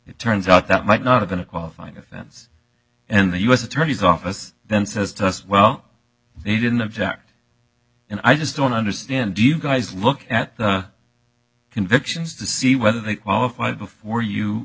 it turns out that might not have been a qualifying offense and the u s attorney's office then says to us well they didn't object and i just don't understand do you guys look at the convictions to see whether they qualify before you